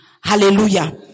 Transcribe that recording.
Hallelujah